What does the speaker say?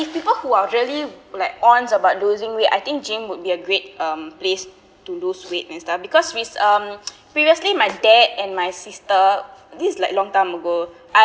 if people who are really like ons about losing weight I think gym would be a great um place to lose weight and stuff because re~ um previously my dad and my sister this like long time ago I